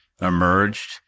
emerged